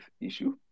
issue